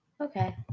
okay